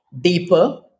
deeper